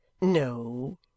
No